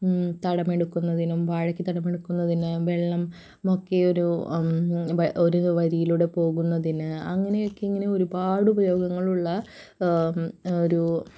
തടമെടുക്കുന്നതിനും വാഴക്ക് തടമെടുക്കുന്നതിന് വെള്ളം മുക്കിയൊരു ഒരു വരിയിലൂടെ പോകുന്നതിന് അങ്ങനെയൊക്കെ ഇങ്ങനെ ഒരുപാട് ഉപയോഗങ്ങളുള്ള ഒരു